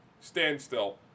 standstill